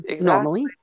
normally